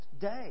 day